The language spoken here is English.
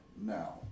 now